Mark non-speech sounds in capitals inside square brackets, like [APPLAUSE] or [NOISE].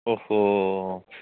[UNINTELLIGIBLE]